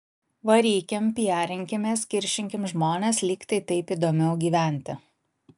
varykim piarinkimės kiršinkim žmones lyg tai taip įdomiau gyventi